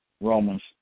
Romans